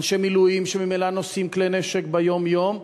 אנשי מילואים שממילא נושאים כלי נשק ביום-יום,